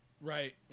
Right